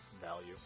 value